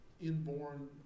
inborn